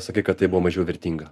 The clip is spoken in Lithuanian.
sakai kad tai buvo mažiau vertinga